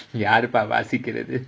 யாருப்பா வாசிக்கிறது:yaaruppa vaasikkirathu